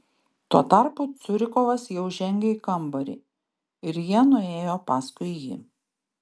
tuo tarpu curikovas jau žengė į kambarį ir jie nuėjo paskui jį